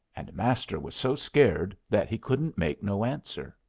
and master was so scared that he couldn't make no answer.